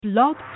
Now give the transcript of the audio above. Blog